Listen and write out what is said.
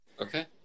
okay